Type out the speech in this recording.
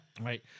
Right